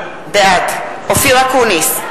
בעד אופיר אקוניס,